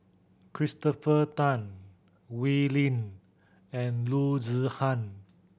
Christopher Tan Wee Lin and Loo Zihan